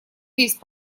весь